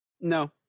No